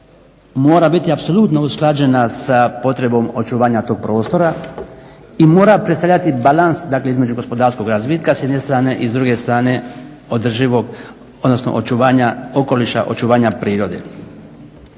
mora biti apsolutno usklađena sa potrebom očuvanja tog prostora i mora predstavljati balans dakle između gospodarskog razvitka s jedne strane i s druge strane održivog, odnosno očuvanja okoliša, očuvanja prirode.